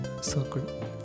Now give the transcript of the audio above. circle